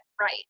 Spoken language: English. right